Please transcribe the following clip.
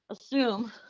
assume